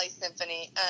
Symphony